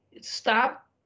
stop